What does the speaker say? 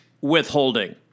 withholding